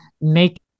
make